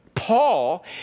Paul